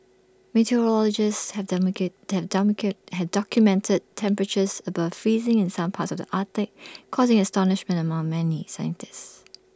meteorologists have have have documented temperatures above freezing in some parts of the Arctic causing astonishment among many scientists